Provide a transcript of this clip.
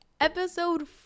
episode